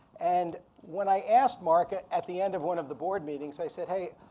and when i asked mark at at the end of one of the board meetings, i said, hey,